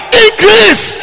increase